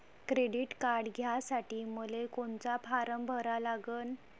Credit card घ्यासाठी मले कोनचा फारम भरा लागन?